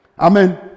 Amen